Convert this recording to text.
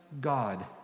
God